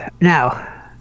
Now